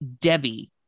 Debbie